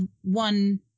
one